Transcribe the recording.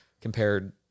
compared